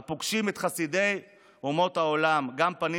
הפוגשים את חסידי אומות העולם גם פנים